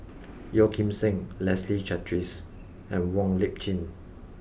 Yeo Kim Seng Leslie Charteris and Wong Lip Chin